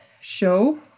show